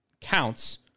counts